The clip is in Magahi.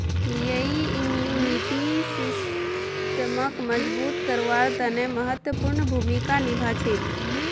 यई इम्यूनिटी सिस्टमक मजबूत करवार तने महत्वपूर्ण भूमिका निभा छेक